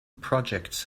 projects